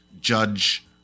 judge